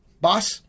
boss